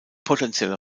potenzielle